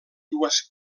dues